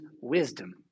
Wisdom